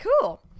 Cool